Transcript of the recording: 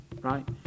right